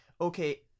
okay